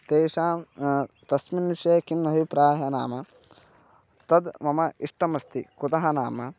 तेषां तस्मिन् विषये किम् अभिप्रायः नाम तद् मम इष्टमस्ति कुतः नाम